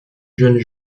jeunes